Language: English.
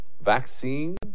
Vaccine